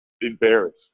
embarrassed